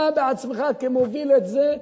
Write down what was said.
אתה בעצמך כמוביל את זה,